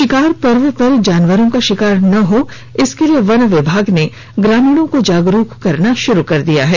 शिकार पर्व पर जानवरों का शिकार न हो इसके लिए वन विभाग ने ग्रामीणों को जागरूक करना शुरू कर दिया है